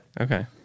Okay